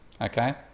Okay